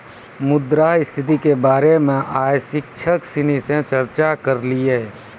मुद्रा स्थिति के बारे मे आइ शिक्षक सिनी से चर्चा करलिए